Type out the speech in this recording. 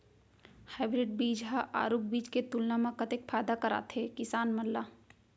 Hybrid बीज हा आरूग बीज के तुलना मा कतेक फायदा कराथे किसान मन ला?